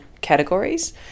categories